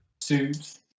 suits